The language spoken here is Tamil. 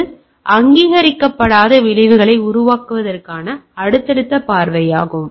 இது அங்கீகரிக்கப்படாத விளைவை உருவாக்குவதற்கான அடுத்தடுத்த பார்வை ஆகும்